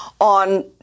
on